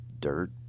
dirt